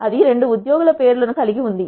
అది 2 ఉద్యోగుల పేర్లు కలిగి ఉంది